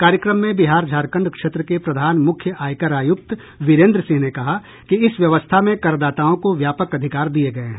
कार्यक्रम में बिहार झारखंड क्षेत्र के प्रधान मुख्य आयकर आयुक्त विरेन्द्र सिंह ने कहा कि इस व्यवस्था में करदाताओं को व्यापक अधिकार दिये गये हैं